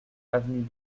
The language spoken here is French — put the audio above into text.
avenue